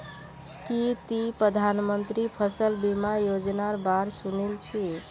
की ती प्रधानमंत्री फसल बीमा योजनार बा र सुनील छि